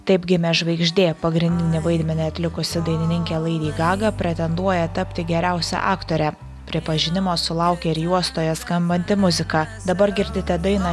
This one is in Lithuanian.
taip gimė žvaigždė pagrindinį vaidmenį atlikusi dainininkė laidy gaga pretenduoja tapti geriausia aktore pripažinimo sulaukė ir juostoje skambanti muzika dabar girdite dainą